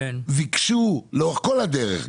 ביקשו לאורך כל הדרך,